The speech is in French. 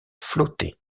flottait